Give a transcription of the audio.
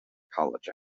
college